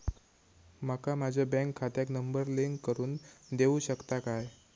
माका माझ्या बँक खात्याक नंबर लिंक करून देऊ शकता काय?